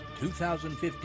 2015